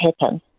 happen